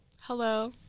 Hello